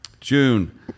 June